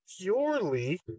purely